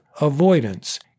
avoidance